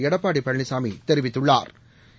எடப்பாடி பழனிசாமி தெரிவித்துள்ளாா்